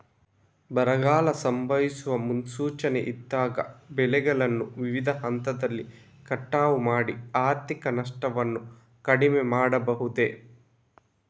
ಬರಗಾಲ ಸಂಭವಿಸುವ ಮುನ್ಸೂಚನೆ ಇದ್ದಾಗ ಬೆಳೆಗಳನ್ನು ವಿವಿಧ ಹಂತದಲ್ಲಿ ಕಟಾವು ಮಾಡಿ ಆರ್ಥಿಕ ನಷ್ಟವನ್ನು ಕಡಿಮೆ ಮಾಡಬಹುದೇ?